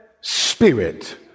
spirit